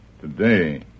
today